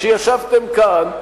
כשישבתם כאן,